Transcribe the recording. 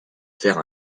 faire